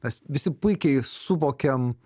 mes visi puikiai suvokiam